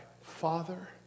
father